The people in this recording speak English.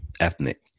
Ethnic